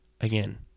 again